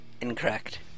Incorrect